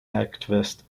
activist